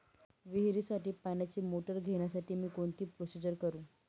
विहिरीसाठी पाण्याची मोटर घेण्यासाठी मी कोणती प्रोसिजर करु?